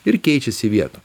ir keičiasi vietom